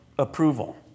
Approval